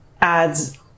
adds